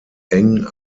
eng